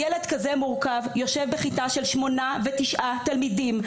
ילד כזה מורכב יושב בכיתה של 8 ו-9 תלמידים.